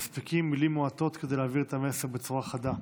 מספיקות מילים מועטות כדי להעביר את המסר בצורה חדה,